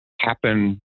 happen